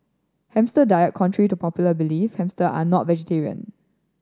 hamster diet Contrary to popular belief hamster are not vegetarian